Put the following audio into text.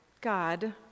God